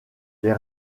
les